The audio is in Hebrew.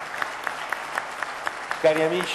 כפיים)